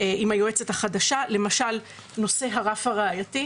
עם היועצת החדשה, למשל נושא הרף הראייתי.